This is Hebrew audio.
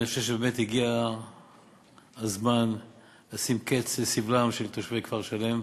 אני חושב שבאמת הגיע הזמן לשים קץ לסבלם של תושבי כפר-שלם.